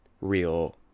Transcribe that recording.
real